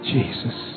Jesus